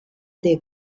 der